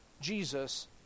Jesus